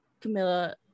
camilla